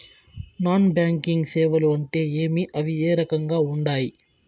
non banking సేవలు అంటే ఏమి అవి ఏ రకంగా ఉండాయి